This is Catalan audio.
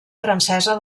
francesa